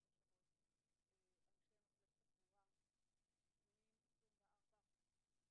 (תיקון - קבורה שלא במקום מגורי הנפגע),